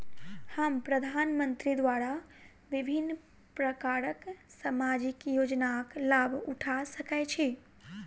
हम प्रधानमंत्री द्वारा विभिन्न प्रकारक सामाजिक योजनाक लाभ उठा सकै छी?